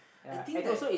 I think that